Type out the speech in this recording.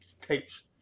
tapes